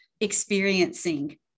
experiencing